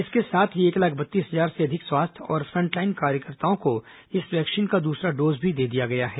इसके साथ ही एक लाख बत्तीस हजार से अधिक स्वास्थ्य और फ्रंटलाइन कार्यकर्ताओं को इस वैक्सीन का दूसरा डोज भी दे दिया गया है